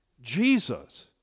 Jesus